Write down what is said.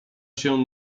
się